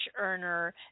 earner